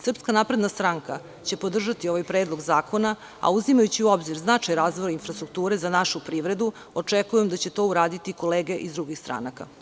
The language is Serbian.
Srpska napredna stranka će podržati ovaj predlog zakona a uzimajući u obzir značaj razvoj infrastrukture za našu privredu, očekujem da će to uraditi i kolege iz drugih stranaka.